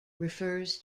refers